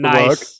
Nice